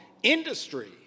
industry